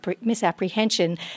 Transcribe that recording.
misapprehension